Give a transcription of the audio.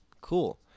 Cool